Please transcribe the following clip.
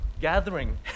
gathering